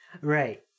Right